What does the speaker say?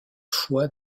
foi